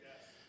Yes